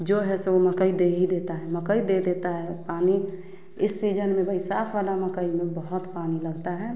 जो है सो वो मकई दे ही देता हैं मकई दे देता हैं पानी इस सीजन में बैशाख वाला मकई में बहुत पानी लगता हैं